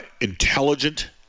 intelligent